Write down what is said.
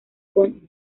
con